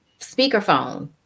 speakerphone